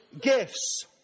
gifts